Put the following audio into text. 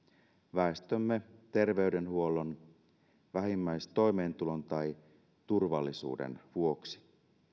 väestömme terveydenhuollon vähimmäistoimeentulon tai turvallisuuden vuoksi